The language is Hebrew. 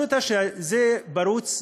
זה פרוץ.